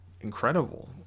incredible